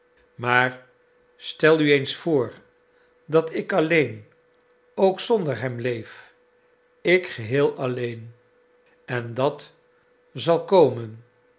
maar stel u eens voor dat ik alleen ook zonder hem leef ik geheel alleen en dat zal komen